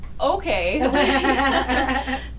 Okay